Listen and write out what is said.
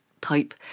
type